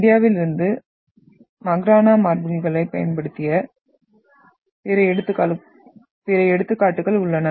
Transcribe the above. இந்தியாவில் இருந்து மக்ரானா மார்பில்களைப் பயன்படுத்திய பிற எடுத்துக்காட்டுகள் உள்ளன